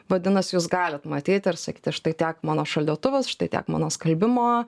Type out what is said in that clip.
vadinasi jūs galit matyti ir sakyti štai tiek mano šaldytuvas štai tiek mano skalbimo